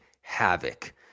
havoc